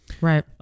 Right